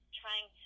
trying